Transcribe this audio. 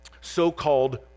so-called